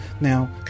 Now